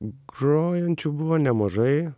grojančių buvo nemažai